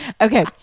Okay